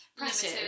limited